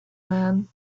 man